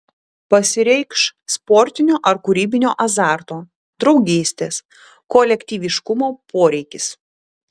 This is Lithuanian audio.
pasireikš sportinio ar kūrybinio azarto draugystės kolektyviškumo poreikis